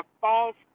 false